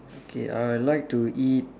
okay I'll like to eat